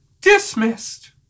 dismissed